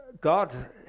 God